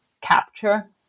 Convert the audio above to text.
capture